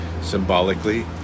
symbolically